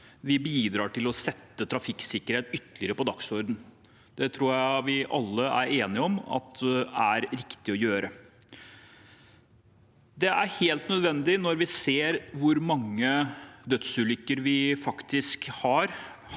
vi bidrar til å sette trafikksikkerhet ytterligere på dagsordenen. Det tror jeg vi alle er enige om at er riktig å gjøre. Det er også helt nødvendig når vi ser hvor mange dødsulykker vi faktisk har